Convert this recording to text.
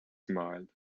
smiled